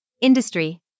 Industry